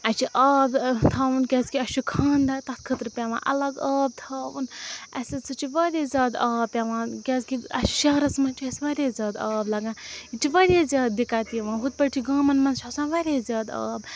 اَسہِ چھِ آب تھاوُن کیٛازِکہِ اَسہِ چھُ خانٛدَر تَتھ خٲطرٕ پٮ۪وان اَلگ آب تھاوُن اَسہِ ہسا چھِ واریاہ زیادٕ آب پٮ۪وان کیٛازکہِ اَسہِ شَہرَس منٛز چھِ اَسہِ واریاہ زیادٕ آب لَگان ییٚتہِ چھِ واریاہ زیادٕ دِقت یِوان ہُتھ پٲٹھۍ چھِ گامَن منٛز چھِ آسان واریاہ زیادٕ آب